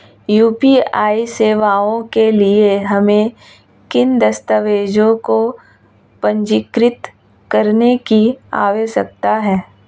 UPI सेवाओं के लिए हमें किन दस्तावेज़ों को पंजीकृत करने की आवश्यकता है?